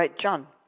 like john.